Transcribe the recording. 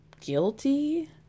guilty